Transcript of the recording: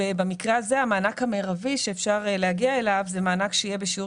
ובמקרה הזה המענק המרבי שאפשר להגיע אליו הוא מענק שיהיה בשיעור